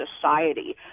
society